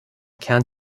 kern